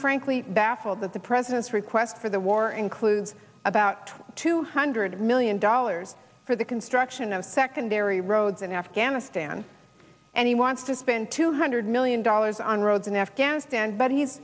frankly baffled that the president's request for the war includes about two hundred million dollars for the construction of secondary roads in afghanistan and he wants to spend two hundred million dollars on roads in afghanistan but he's